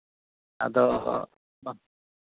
ᱟᱫᱚ